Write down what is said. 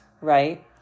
right